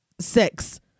six